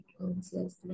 consciousness